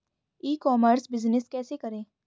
ई commerce business कैसे करें?